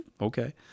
Okay